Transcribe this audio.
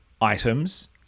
items